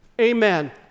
Amen